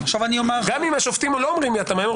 גם אם השופטים לא אומרים: אי התאמה.